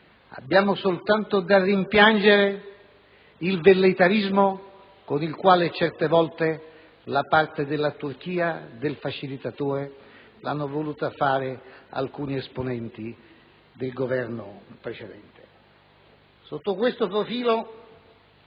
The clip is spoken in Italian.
abbiamo soltanto da rimpiangere il velleitarismo con il quale certe volte la parte della Turchia, del facilitatore, l'hanno voluta fare alcuni esponenti del Governo precedente. Sotto questo profilo,